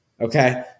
Okay